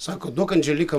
sako duok andželika